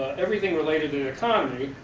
everything related to the economy,